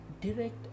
direct